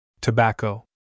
Tobacco